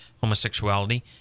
homosexuality